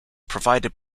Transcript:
provided